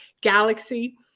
galaxy